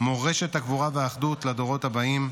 מורשת הגבורה והאחדות לדורות הבאים,